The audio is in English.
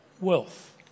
wealth